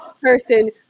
person